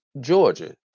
Georgia